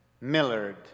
Millard